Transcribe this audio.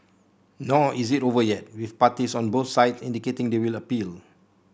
nor is it over yet with parties on both sides indicating they will appeal